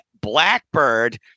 Blackbird